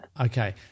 Okay